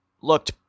looked